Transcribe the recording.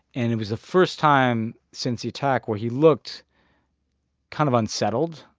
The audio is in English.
and it was the first time since the attack where he looked kind of unsettled.